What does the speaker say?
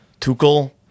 Tuchel